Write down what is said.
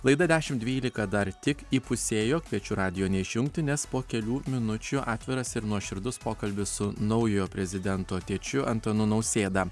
laida dešimt dvylika dar tik įpusėjo kviečiu radijo neišjungti nes po kelių minučių atviras ir nuoširdus pokalbis su naujojo prezidento tėčiu antanu nausėda